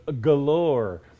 galore